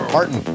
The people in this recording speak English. Martin